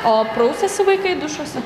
o prausiasi vaikai dušuose